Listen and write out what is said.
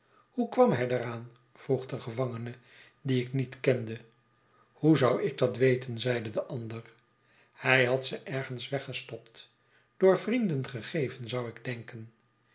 hoe kwam hij daaraan vroeg de gevangene dien ik niet kende hoe zou ik dat weten zeide de ander hij had ze ergens weggestopt door vrienden gegeven zou ik denken